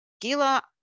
Gila